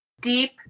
deep